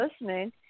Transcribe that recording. listening